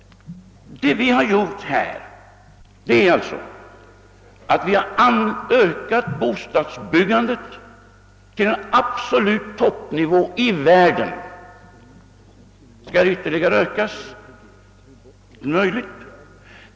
Vad vi har gjort här är alltså att vi har ökat bostadsbyggandet till en absolut toppnivå i världen. Det är möjligt att det kan behöva ökas ytterligare.